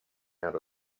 out